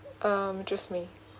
um just me